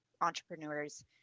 entrepreneurs